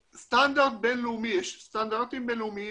סטנדרט בין לאומי יש סטנדרטים בין לאומיים,